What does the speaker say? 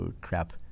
Crap